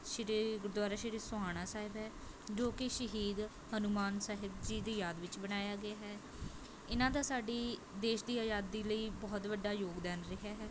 ਸ਼੍ਰੀ ਗੁਰਦੁਆਰਾ ਸ਼੍ਰੀ ਸੋਹਾਣਾ ਸਾਹਿਬ ਹੈ ਜੋ ਕਿ ਸ਼ਹੀਦ ਹਨੂੰਮਾਨ ਸਾਹਿਬ ਜੀ ਦੀ ਯਾਦ ਵਿੱਚ ਬਣਾਇਆ ਗਿਆ ਹੈ ਇਹਨਾਂ ਦਾ ਸਾਡੀ ਦੇਸ਼ ਦੀ ਆਜ਼ਾਦੀ ਲਈ ਬਹੁਤ ਵੱਡਾ ਯੋਗਦਾਨ ਰਿਹਾ ਹੈ